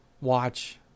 watch